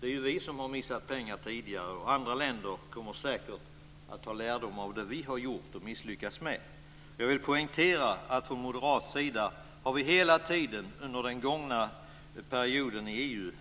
Det är ju Sverige som har missat pengar tidigare, och andra länder kommer säkert att dra lärdom av det som Sverige har gjort och misslyckats med. Jag vill poängtera att under den gångna perioden i EU har vi hela tiden från moderat sida